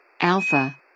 Alpha